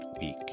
week